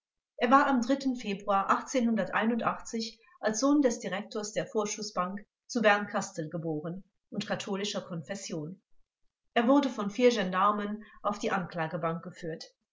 er war am februar als sohn des direktors der vorschußbank zu berncastel geboren und katholischer konfession er wurde von vier gendarmen auf die anklagebank geführt